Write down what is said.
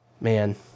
Man